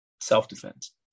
self-defense